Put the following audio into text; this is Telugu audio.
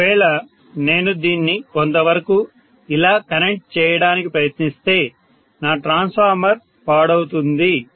ఒకవేళ నేను దీన్ని కొంతవరకు ఇలా కనెక్ట్ చేయడానికి ప్రయత్నిస్తే నా ట్రాన్స్ఫార్మర్ పాడవుతుంది